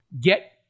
get